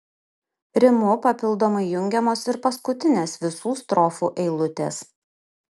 rimu papildomai jungiamos ir paskutinės visų strofų eilutės